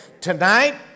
Tonight